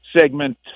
segment